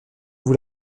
vous